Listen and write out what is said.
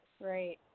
Right